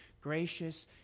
gracious